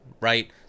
right